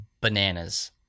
bananas